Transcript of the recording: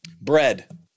bread